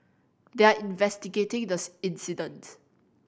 they are investigating the incident